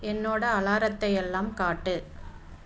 என்னோடய அலாரத்தை எல்லாம் காட்டு